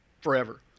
forever